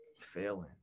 failing